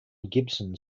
gibson